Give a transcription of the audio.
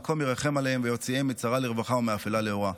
המקום ירחם עליהם ויוציאם מצרה לרווחה ומאפלה לאורה".